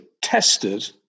tested